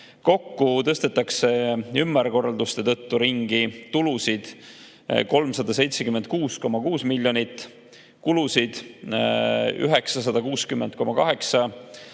Kokku tõstetakse ümberkorralduste tõttu ringi tulusid 376,6 miljonit, kulusid 960,8 miljonit,